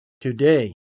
Today